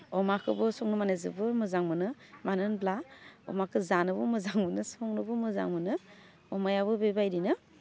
अमाखौबो संनो माने जोबोर मोजां मोनो मानो होनब्ला अमाखौ जानोबो मोजां मोनो संनोबो मोजां मोनो अमायाबो बेबायदिनो